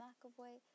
McAvoy